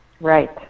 Right